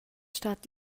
stat